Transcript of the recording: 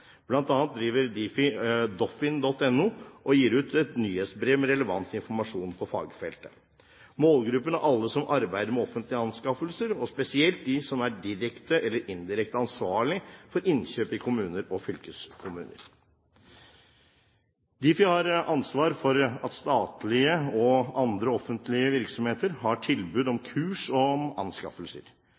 annet driver Difi doffin.no og gir ut nyhetsbrev med relevant informasjon på fagfeltet. Målgruppen er alle som arbeider med offentlige anskaffelser, og spesielt de som er direkte eller indirekte ansvarlige for innkjøp i kommuner og fylkeskommuner. Difi har ansvar for at statlige og andre offentlige virksomheter har tilbud om kurs om anskaffelser.